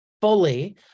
fully